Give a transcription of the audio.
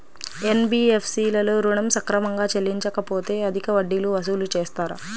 NBFC లలో ఋణం సక్రమంగా చెల్లించలేకపోతె అధిక వడ్డీలు వసూలు చేస్తారా?